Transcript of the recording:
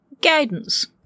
Guidance